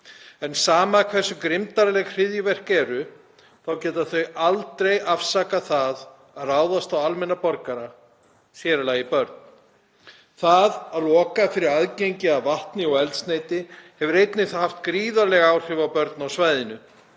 En sama hversu grimmdarleg hryðjuverk eru þá geta þau aldrei afsakað það að ráðast á almenna borgara, sér í lagi börn. Það að loka fyrir aðgengi að vatni og eldsneyti hefur einnig haft gríðarleg áhrif á börn á svæðinu.